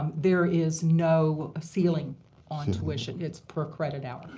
there is no ceiling on tuition. it's per credit hour.